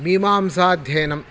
मीमांसाध्ययनं